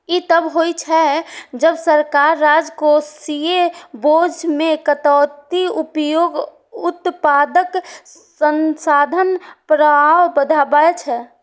ई तब होइ छै, जब सरकार राजकोषीय बोझ मे कटौतीक उपयोग उत्पादक संसाधन प्रवाह बढ़बै छै